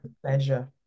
pleasure